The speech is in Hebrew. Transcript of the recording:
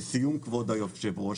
לסיום, כבוד היושב ראש.